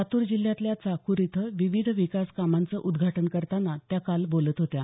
लातूर जिल्ह्यातल्या चाकूर इथं विविध विकास कामांचं उद्घाटन करताना त्या काल बोलत होत्या